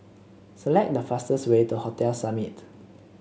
select the fastest way to Hotel Summit